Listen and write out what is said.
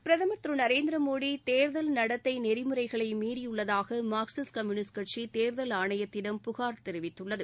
பிரதமர் திரு நரேந்திர மோடி தேர்தல் நடத்தை நெறிமுறைகளை மீறியுள்ளதாக மார்க்சிஸ்ட் கம்யூனிஸ்ட் கட்சி தேர்தல் ஆணையத்திடம் புகார் தெரிவித்துள்ளது